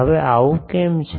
હવે આવું કેમ છે